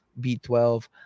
B12